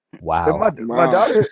Wow